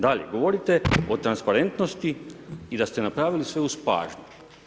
Dalje, govorite o transparentnosti i da ste napravili sve uz pažnju.